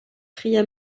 pria